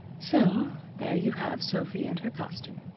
so there you have sophy and her costume.